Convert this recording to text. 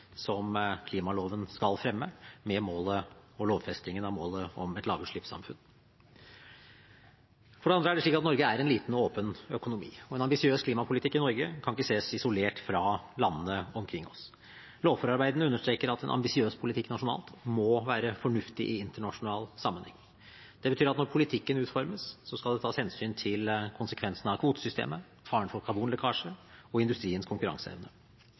som klimaloven skal fremme, med lovfestingen av målet om et lavutslippssamfunn. For det andre er det slik at Norge er en liten og åpen økonomi. En ambisiøs klimapolitikk i Norge kan ikke ses isolert fra landene omkring oss. Lovforarbeidene understreker at en ambisiøs politikk nasjonalt må være fornuftig i internasjonal sammenheng. Det betyr at når politikken utformes, skal det tas hensyn til konsekvensene av kvotesystemet, faren for karbonlekkasje og industriens konkurranseevne.